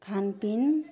खानपिन